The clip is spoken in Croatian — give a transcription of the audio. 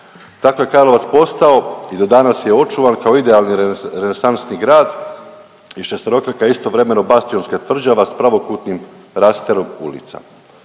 Tako je Karlovac postao i do danas je očuvan kao idealni renesansni grad i šesterokraka je istovremeno Bastionska tvrđava s pravokutnim rasterom ulica.